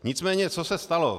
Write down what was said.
Nicméně co se stalo.